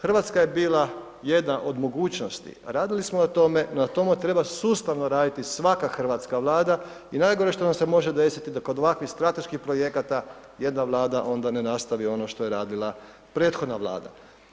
Hrvatska je bila jedna od mogućnosti a radili smo na tome, na tome treba sustavno raditi svaka hrvatska Vlada i najgore što nam se može desiti da kod ovakvih strateških projekata jedna Vlada onda ne nastavi ono što je radila prethodna Vlada.